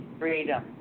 freedom